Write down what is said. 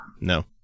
No